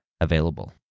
available